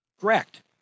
Correct